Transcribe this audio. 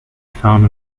found